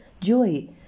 joy